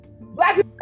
Black